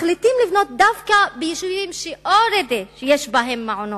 מחליטים לבנות דווקא ביישובים שכבר יש בהם מעונות,